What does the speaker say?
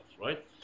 right